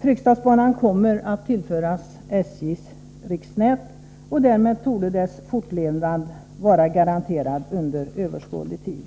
Fryksdalsbanan kommer att tillhöra SJ:s riksnät, och därmed torde dess fortlevnad vara garanterad under överskådlig tid.